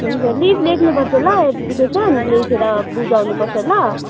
हुन्छ लिभ लेख्नु पर्छ ल एप्लिकेसन लेखेर बुझाउनु पर्छ ल